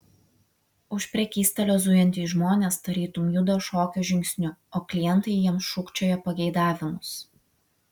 už prekystalio zujantys žmonės tarytum juda šokio žingsniu o klientai jiems šūkčioja pageidavimus